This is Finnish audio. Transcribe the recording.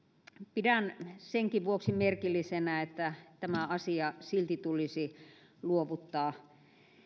pidän senkin vuoksi merkillisenä että tämä asia silti tulisi luovuttaa